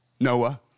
Noah